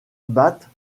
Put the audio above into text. battent